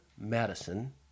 Madison